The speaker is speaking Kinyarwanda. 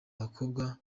bakobwa